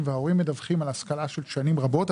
וההורים מדווחים על השכלה של שנים רבות,